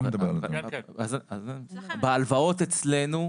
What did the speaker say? בהלוואות אצלנו,